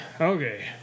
Okay